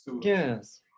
Yes